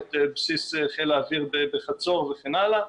את בסיס חיל האוויר בחצור וכן הלאה,